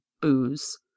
booze